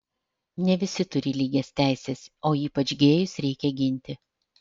ne visi turi lygias teises o ypač gėjus reikia ginti